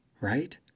right